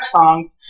songs